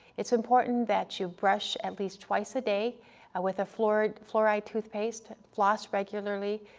it's important that you brush at least twice a day with a fluoride fluoride toothpaste, floss regularly,